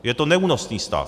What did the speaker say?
Je to neúnosný stav.